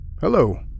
Hello